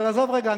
אבל עזוב רגע,